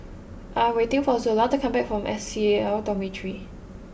I am waiting for Zola to come back from S C A L Dormitory